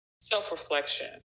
self-reflection